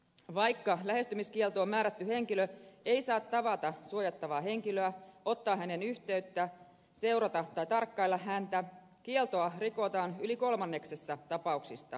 vaikka lähestymiskieltoon määrätty henkilö ei saa tavata suojattavaa henkilöä ottaa häneen yhteyttä seurata tai tarkkailla häntä kieltoa rikotaan yli kolmanneksessa tapauksista